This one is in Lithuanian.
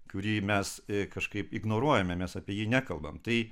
kurį mes kažkaip ignoruojame mes apie jį nekalbam tai